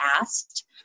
asked